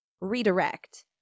redirect